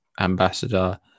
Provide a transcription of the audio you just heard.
ambassador